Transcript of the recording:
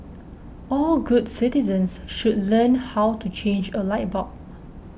all good citizens should learn how to change a light bulb